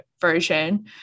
version